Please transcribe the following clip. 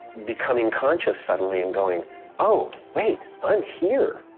becoming conscious suddenly and going oh, wait, i'm here.